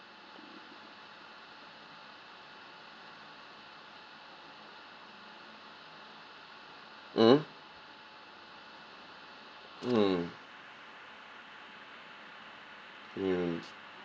mm mm